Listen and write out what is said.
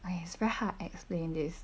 I it's very hard explain this